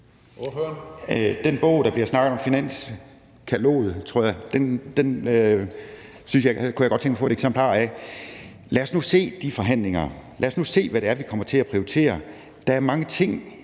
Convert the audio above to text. Den bog, der bliver snakket om, finanskataloget, tror jeg det var, kunne jeg godt tænke mig at få et eksemplar af. Lad os nu se de forhandlinger. Lad os nu se, hvad det er, vi kommer til at prioritere. Der er mange ting